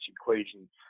equation